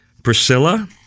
Priscilla